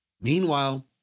Meanwhile